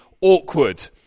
awkward